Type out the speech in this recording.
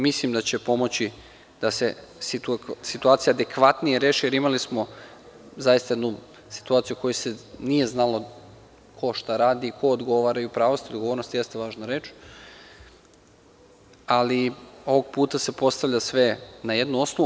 Mislim da će pomoći da se situacija adekvatnije reši jer imali smo zaista jednu situaciju u kojoj se nije znalo ko šta radi, ko odgovara i u pravu ste, odgovornost jeste jedna važna reč, ali ovog puta se postavlja sve na jednu osnovu.